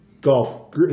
golf